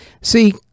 See